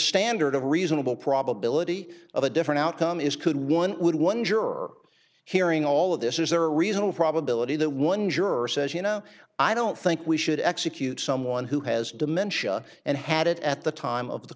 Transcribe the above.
standard of reasonable probability of a different outcome is could one would one juror hearing all of this is a reasonable probability that one juror says you know i don't think we should execute someone who has dementia and had it at the time of the